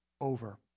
over